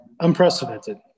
unprecedented